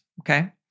Okay